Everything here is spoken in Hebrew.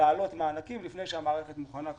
להעלות מענקים לפני שהמערכת מוכנה.